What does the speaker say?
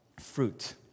fruit